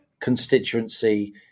constituency